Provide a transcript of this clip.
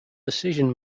decision